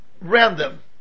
random